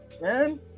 man